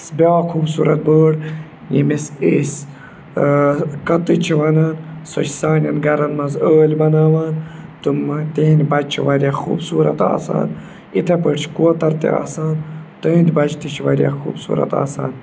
بیاکھ خوٗبصوٗرت بٲرڑ ییٚمِس أسۍ کَتٕچ چھِ وَنان سۄ چھِ سانٮ۪ن گَرَن مَنٛز ٲلۍ بَناوان تم تِہِنٛدِ بَچہِ چھِ واریاہ خوٗبصوٗرت آسان اِتھَے پٲٹھۍ چھِ کوتَر تہِ آسان تُہٕنٛدِ بَچہِ تہِ چھِ واریاہ خوٗبصوٗرت آسان